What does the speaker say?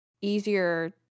easier